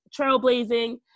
trailblazing